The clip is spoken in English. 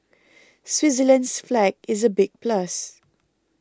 Switzerland's flag is a big plus